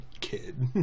kid